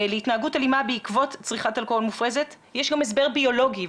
להתנהגות אלימה בעקבות צריכת אלכוהול מופרזת יש גם הסבר ביולוגי,